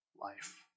life